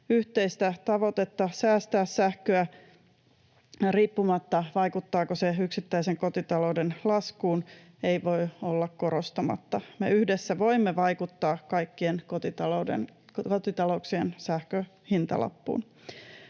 Yhteistä tavoitetta säästää sähköä riippumatta siitä, vaikuttaako se yksittäisen kotitalouden laskuun, ei voi olla korostamatta. Me yhdessä voimme vaikuttaa kaikkien kotitalouksien sähkön hintalappuun.